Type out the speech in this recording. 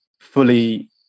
fully